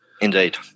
Indeed